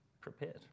prepared